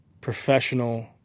professional